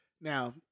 Now